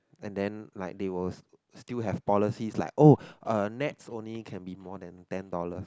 and then like they will s~ still have policies like oh uh Nets only can be more than ten dollars